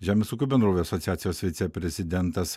žemės ūkio bendrovių asociacijos viceprezidentas